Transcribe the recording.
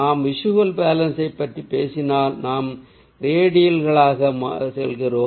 நாம் விஷுவல் பேலன்சை பற்றி பேசினால் நாம் ரேடியல் களாக சொல்கிறோம்